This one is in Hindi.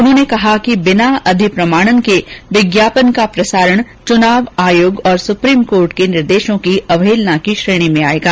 उन्होंने कहा कि बिना अधिप्रमाणन के विज्ञापन का प्रसारण चुनाव आयोग और सुप्रीम कोर्ट के निर्देशों की अवहेलना की श्रेणी में आएगा